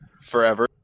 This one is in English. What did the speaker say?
Forever